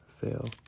fail